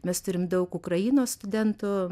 mes turim daug ukrainos studentų